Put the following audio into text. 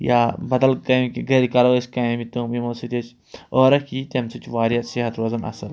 یا بدل کامہِ گرِ کرو أسۍ کامہِ تِم یِمو سۭتۍ أسۍ عٲرَکھ یِیہِ تَمہِ سۭتۍ چھُ واریاہ صحت روزان اَصٕل